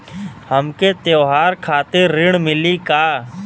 हमके त्योहार खातिर ऋण मिली का?